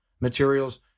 materials